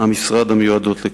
המשרד המיועדות לכך.